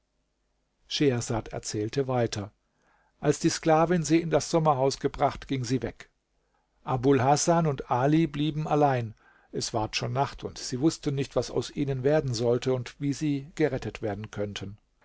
schehersad erzählte weiter als die sklavin sie in das sommerhaus gebracht ging sie weg abul hasan und ali blieben allein es ward schon nacht und sie wußten nicht was aus ihnen werden sollte und wie sie gerettet werden könnten